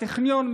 הטכניון,